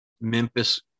Memphis